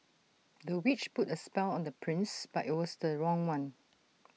the witch put A spell on the prince but IT was the wrong one